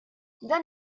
dan